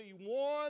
one